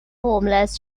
homeless